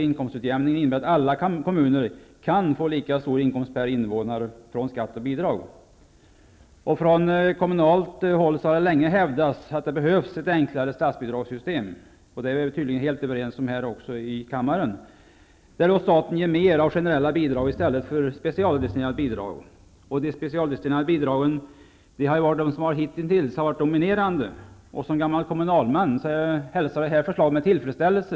Inkomstutjämningen innebär att alla kommuner kan få lika stor inkomst per invånare från skatt och bidrag. Från kommunalt håll har det länge hävdats att det behövs ett enklare statsbidragssystem -- det är vi tydligen överens om även här i kammaren -- där staten ger mer av generella bidrag än av specialdestinerade bidrag. De specialdestinerade bidragen har ju hittills varit de dominerande. Som gammal kommunalman hälsar jag det här förslaget med tillfredsställelse.